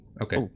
okay